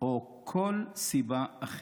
או כל סיבה אחרת.